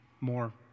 more